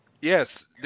Yes